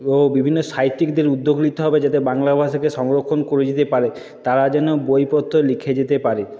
ও বিভিন্ন সাহিত্যিকদের উদ্যোগ নিতে হবে যাতে বাংলা ভাষাকে সংরক্ষণ করে যেতে পারে তারা যেন বইপত্র লিখে যেতে পারে